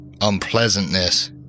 unpleasantness